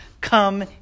come